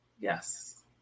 Yes